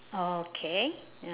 oh okay ya